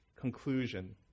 conclusion